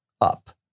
up